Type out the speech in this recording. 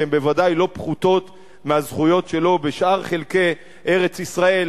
שהן ודאי לא פחותות מהזכויות שלו בשאר חלקי ארץ-ישראל.